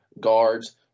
guards